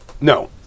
No